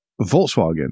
Volkswagen